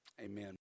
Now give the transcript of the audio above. amen